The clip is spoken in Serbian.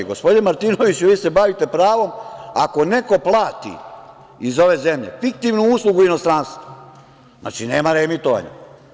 Gospodine Martinoviću, vi se bavite pravom, ako neko plati iz ove zemlje fiktivnu uslugu inostranstvu, znači nema reemitovanja?